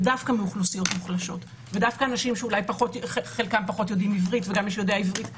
ודווקא מאוכלוסיות מוחלשות ודווקא וגם מי שיודע עברית פחות,